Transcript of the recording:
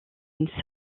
une